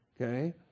Okay